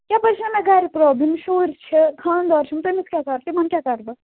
یپٲرۍ چھَنہَ گرِ پرٛابلِم شُرۍ چھِ خاندار چھُم تٔمِس کیٛاہ کَر تِمن کیٛاہ کَر بہٕ